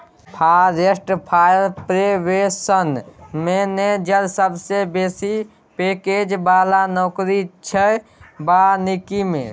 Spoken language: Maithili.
फारेस्ट फायर प्रिवेंशन मेनैजर सबसँ बेसी पैकैज बला नौकरी छै बानिकी मे